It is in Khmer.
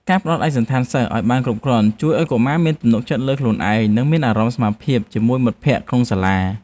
ការផ្តល់ឯកសណ្ឋានសិស្សឱ្យបានគ្រប់គ្រាន់ជួយឱ្យកុមារមានទំនុកចិត្តលើខ្លួនឯង និងមានអារម្មណ៍ស្មើភាពជាមួយមិត្តភក្តិក្នុងសាលា។